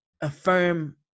affirm